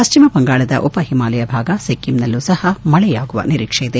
ಪಶ್ಚಿಮ ಬಂಗಾಳದ ಉಪ ಹಿಮಾಲಯ ಭಾಗ ಸಿಕ್ಕಿಂನಲ್ಲೂ ಸಹ ಮಳೆಯಾಗುವ ನಿರೀಕ್ಷೆಯಿದೆ